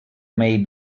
may